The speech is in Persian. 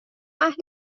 اهل